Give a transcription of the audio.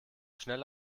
schnell